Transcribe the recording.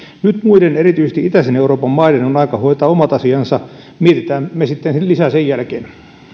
nyt muiden erityisesti itäisen euroopan maiden on aika hoitaa omat asiansa mietitään me sitten lisää sen jälkeen